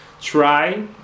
try